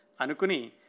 Anukuni